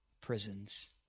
prisons